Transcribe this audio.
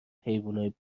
حیونای